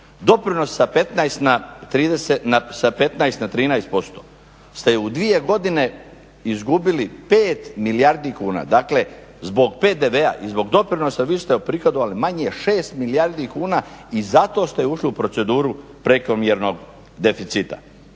Doprinos sa 15 na 13% ste u dvije godine izgubili 5 milijardi kuna, dakle zbog PDV-a i zbog doprinosa vi ste uprihodovali manje 6 milijardi kuna i zato ste ušli u proceduru prekomjernog deficita.